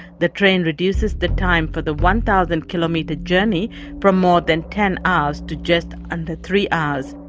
the train reduces the time for the one thousand kilometre journey from more than ten hours to just under three hours.